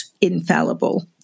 infallible